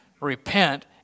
repent